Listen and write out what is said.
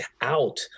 out